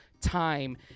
time